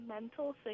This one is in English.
Mental